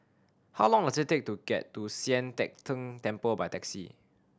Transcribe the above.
how long does it take to get to Sian Teck Tng Temple by taxi